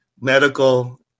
medical